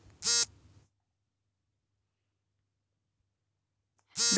ಬೆಳೆಗಳಿಗೆ ಮಳೆನೀರು ಅಥವಾ ಕಾಲುವೆ ನೀರು ಇದರಲ್ಲಿ ಯಾವುದು ಉಪಯುಕ್ತವಾಗುತ್ತದೆ?